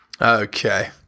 Okay